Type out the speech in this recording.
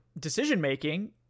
decision-making